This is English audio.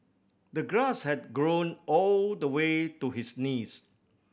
the grass had grown all the way to his knees